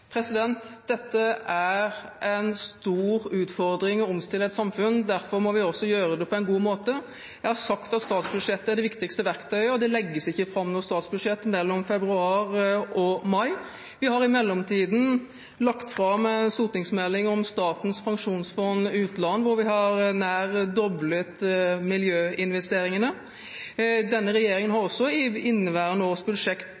er en stor utfordring å omstille et samfunn. Derfor må vi også gjøre det på en god måte. Jeg har sagt at statsbudsjettet er det viktigste verktøyet. Det legges ikke fram noe statsbudsjett mellom februar og mai. Vi har i mellomtiden lagt fram en stortingsmelding om Statens pensjonsfond utland. Vi har nær doblet miljøinvesteringene. Denne regjeringen har også i innværende års